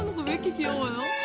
look at yeonwoo.